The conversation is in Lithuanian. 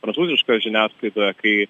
prancūziškoje žiniasklaidoje kai